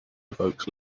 evokes